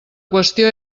qüestió